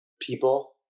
people